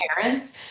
parents